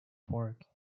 park